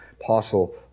Apostle